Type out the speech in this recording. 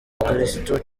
bakirisitu